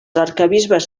arquebisbes